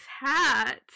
hat